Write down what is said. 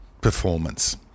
performance